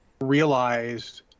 realized